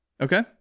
Okay